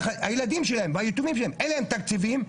הילדים שלהם והיתומים שלהם אין להם תקציבים,